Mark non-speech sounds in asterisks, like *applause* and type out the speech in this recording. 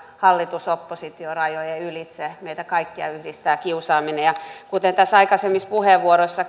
hallitus oppositiorajojen ylitse meitä kaikkia yhdistää kiusaaminen ja kuten tässä aikaisemmissa puheenvuoroissa *unintelligible*